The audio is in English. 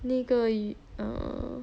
那个 err